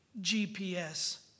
GPS